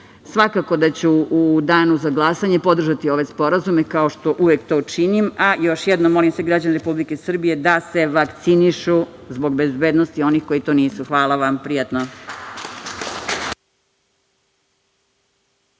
da ću u danu za glasanje podržati ove sporazume, kao što uvek to činim, a još jednom, molim sve građane Republike Srbije da se vakcinišu, zbog bezbednosti onih koji to nisu. Hvala vam i prijatno.